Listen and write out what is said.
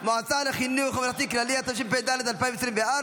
מועצה לחינוך ממלכתי כללי), התשפ"ד 2024,